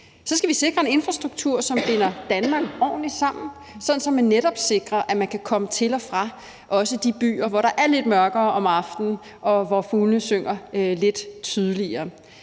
Så skal vi sikre en infrastruktur, som binder Danmark ordentligt sammen, sådan at man netop sikrer, at man kan komme til og fra også de byer, hvor der er lidt mørkere om aftenen, og hvor fuglene synger lidt tydeligere.